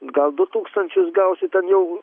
gal du tūkstančius gausiu ten jau